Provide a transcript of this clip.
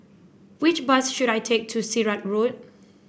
which bus should I take to Sirat Road